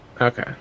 Okay